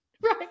right